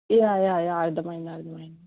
yeah yeah yeah అర్థమైంది అర్థమైంది